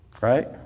Right